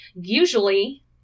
usually